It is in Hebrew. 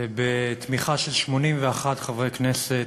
בתמיכה של 81 חברי כנסת.